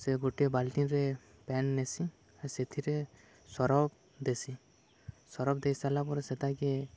ସେ ଗୁଟେ ବାଲ୍ଟିନ୍ରେ ପାଏନ୍ ନେସି ଆର୍ ସେଥିରେ ସରଫ୍ ଦେସି ସରଫ୍ ଦେଇ ସାର୍ଲା ପରେ ସେଟାକେ